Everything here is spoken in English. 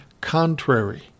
contrary